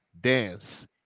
dance